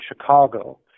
Chicago